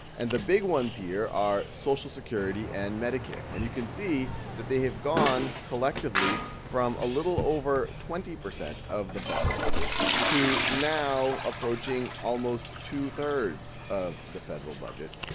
and the big ones here are social security and medicare and you can see that they have gone collectively from a little over twenty percent of the federal budget to now approaching almost two three of the federal budget.